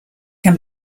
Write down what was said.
can